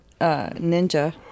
ninja